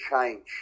change